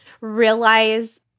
realize